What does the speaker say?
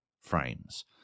frames